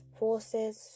forces